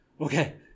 Okay